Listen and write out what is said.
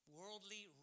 worldly